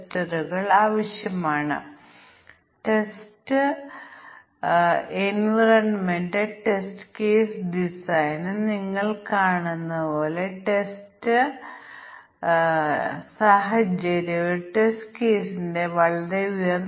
സ്പെസിഫിക്കേഷനിൽ നമ്മൾ ചെയ്യേണ്ടത് 0 മുതൽ 11 വരെയാണ് നിയമിക്കരുത് 12 മുതൽ 17 വരെ ഇന്റേണായി നിയമിക്കുക 18 മുതൽ 64 വരെ മുഴുവൻ സമയ ജീവനക്കാരനായും 65 മുതൽ 99 വരെയും നിയമിക്കുക